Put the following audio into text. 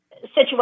situation